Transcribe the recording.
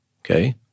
Okay